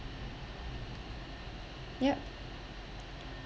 yup